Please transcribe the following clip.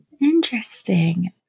Interesting